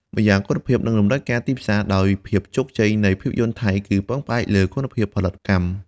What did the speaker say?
ម្យ៉ាងគុណភាព និងតម្រូវការទីផ្សារ ដោយភាពជោគជ័យនៃភាពយន្តថៃគឺពឹងផ្អែកលើ គុណភាពផលិតកម្ម។